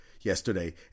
yesterday